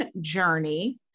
journey